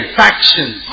factions